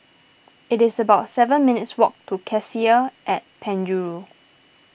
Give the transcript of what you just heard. it's about seven minutes' walk to Cassia at Penjuru